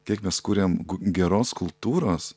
kiek mes kuriam geros kultūros